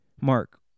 Mark